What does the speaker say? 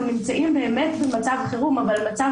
אנחנו נמצאים באמת במצב חירום אבל מצב